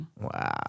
Wow